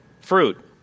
fruit